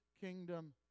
kingdom